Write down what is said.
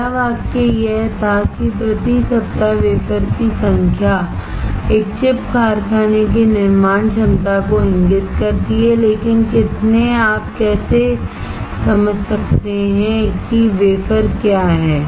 पहला वाक्य यह था कि प्रति सप्ताह वेफर की संख्या एक चिप कारखाने की निर्माण क्षमता को इंगित करती है लेकिन कितने आप कैसे समझ सकते हैं कि वेफर क्या है